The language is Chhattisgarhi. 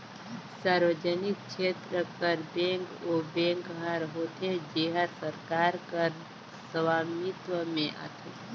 सार्वजनिक छेत्र कर बेंक ओ बेंक हर होथे जेहर सरकार कर सवामित्व में आथे